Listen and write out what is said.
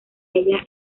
halla